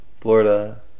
Florida